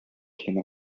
came